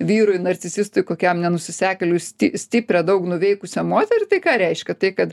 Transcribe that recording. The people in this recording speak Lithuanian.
vyrui narcisistui kokiam nenusisekėliui sti stiprią daug nuveikusią moterį tai ką reiškia tai kad